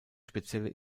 spezielle